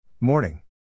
Morning